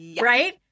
right